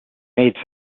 made